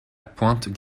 pointe